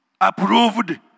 approved